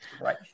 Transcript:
Right